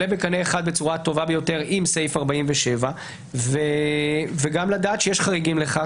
בקנה אחד בצורה הטובה ביותר עם סעיף 47 וגם לדעת שיש חריגים לכך.